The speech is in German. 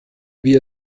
wie